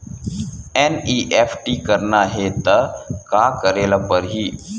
NEFT करना हे त का करे ल पड़हि?